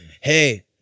hey